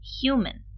human